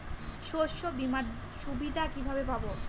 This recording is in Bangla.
শস্যবিমার সুবিধা কিভাবে পাবো?